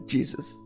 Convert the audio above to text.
Jesus